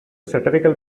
satirical